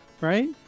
right